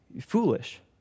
foolish